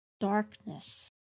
darkness